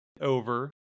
over